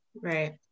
Right